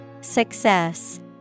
Success